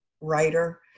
writer